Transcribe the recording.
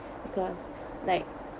because like